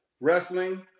Wrestling